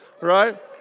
right